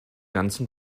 ganzen